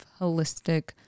holistic